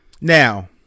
Now